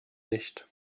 nicht